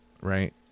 Right